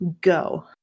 Go